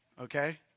okay